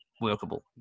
workable